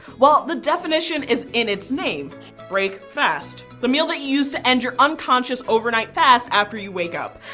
well the definition is in its name break fast, the meal that you use to end your unconscious overnight fast after you wake up.